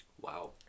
wow